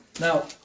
now